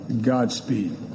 Godspeed